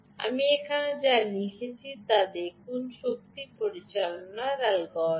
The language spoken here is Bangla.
আমি এখানে যা লিখেছি তা দেখুন শক্তি পরিচালনা অ্যালগরিদম